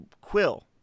Quill